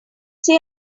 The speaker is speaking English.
say